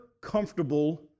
comfortable